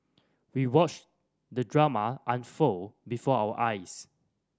we watched the drama unfold before our eyes